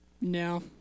No